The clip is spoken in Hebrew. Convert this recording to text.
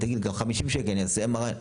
תגיד לי חמישים שקל אני אעשה MRI,